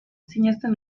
sinesten